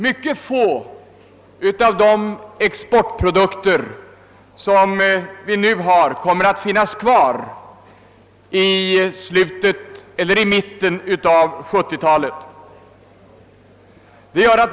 Mycket få av de exportprodukter som vi nu har kommer att finnas kvar i mitten av 1970-talet.